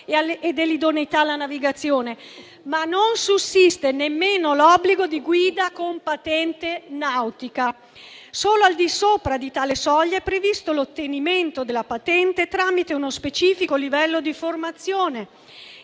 e dell'idoneità alla navigazione, ma per esse non sussiste nemmeno l'obbligo di guida con patente nautica. Solo al di sopra di tale soglia è previsto l'ottenimento della patente, tramite uno specifico livello di formazione